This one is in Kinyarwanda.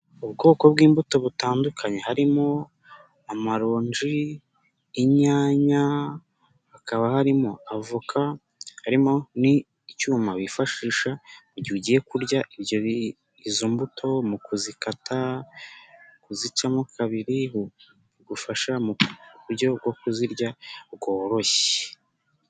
Mu bwoko bw'imbuto butandukanye harimo amaronji, inyanya, hakaba harimo avoka, harimo n' icyuma wifashisha mu gihe ugiye kurya izo mbuto, mu kuzikata kuzicamo kabiri bigufasha mu buryo bwo kuzirya bworoshye.